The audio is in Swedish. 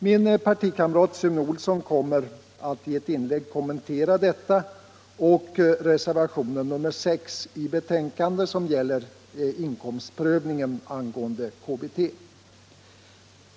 Min partikamrat Sune Olsson kommer att i ett inlägg kommentera detta förslag och reservationen nr 6 vid betänkandet, gällande imkomstprövningsreglerna för KBT.